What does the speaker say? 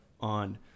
on